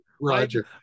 roger